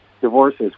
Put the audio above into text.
divorces